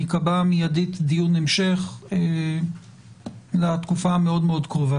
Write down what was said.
יקבע מיידית דיון המשך בתקופה קרובה מאוד.